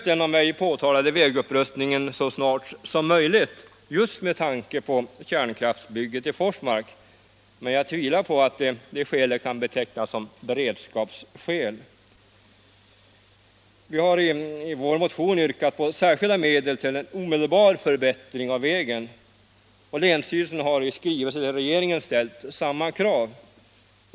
Den påyrkade vägupprustningen behövs emellertid så snart som möjligt just med tanke på kärnkraftbygget i Forsmark, men jag tvivlar på att det skälet kan betecknas som beredskapsskäl. Vi har i vår motion yrkat på särskilda medel till en omedelbar förbättring av vägen. Länsstyrelsen har i skrivelse till regeringen ställt samma krav.